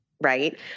Right